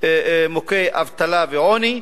מוכי אבטלה ועוני,